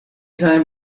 time